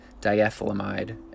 diethylamide